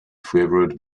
flavoured